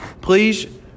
Please